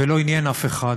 ולא עניין אף אחד,